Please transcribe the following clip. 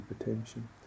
attention